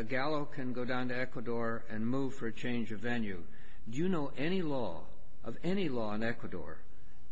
gallo can go down to ecuador and move for a change of venue you know any law any law in ecuador